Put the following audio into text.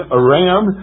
Aram